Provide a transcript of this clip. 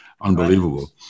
unbelievable